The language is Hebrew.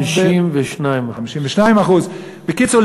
52%. 52% בקיצור,